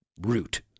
root